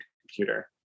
computer